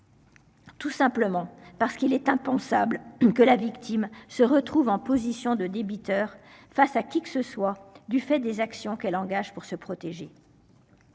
Tout simplement parce qu'il est impensable que la victime se retrouve en position de débiteurs face à qui que ce soit du fait des actions qu'elle engage pour se protéger.